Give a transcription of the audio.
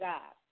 God